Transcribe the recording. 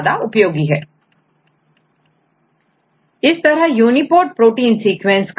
अतः यदि आप किसी विशेष प्रोटीन के बारे में जानकारी चाहते हैं तो आप यूनीपोर्ट से इसके बारे में आसानी से जानकारी प्राप्त कर सकते हैं